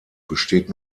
besteht